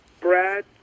Brad